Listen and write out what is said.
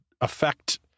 affect